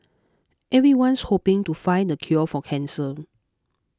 everyone's hoping to find the cure for cancer